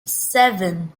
seven